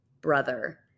brother